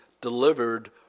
delivered